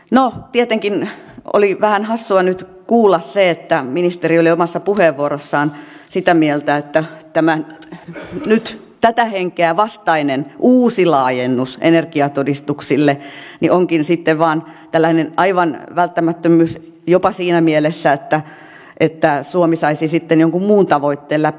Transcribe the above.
no tietenkin oli vähän hassua nyt kuulla se että ministeri oli omassa puheenvuorossaan sitä mieltä että nyt tämän hengen vastainen uusi laajennus energiatodistuksille onkin sitten vain aivan välttämättömyys jopa siinä mielessä että suomi saisi sitten jonkun muun tavoitteen läpi